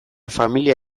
familia